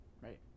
right